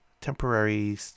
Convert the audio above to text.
temporary